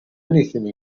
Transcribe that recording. anything